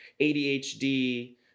ADHD